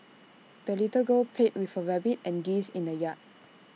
the little girl played with her rabbit and geese in the yard